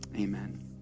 Amen